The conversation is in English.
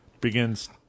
begins